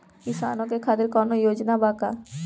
किसानों के खातिर कौनो योजना बा का?